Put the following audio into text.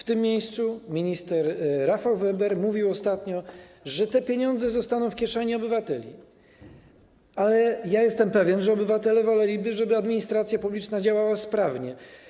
W tym miejscu minister Rafał Weber mówił ostatnio, że te pieniądze zostaną w kieszeni obywateli, ale ja jestem pewien, że obywatele woleliby, żeby administracja publiczna działała sprawnie.